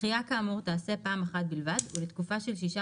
דחיה כאמור תעשה פעם אחת בלבד ולתקופה של שישה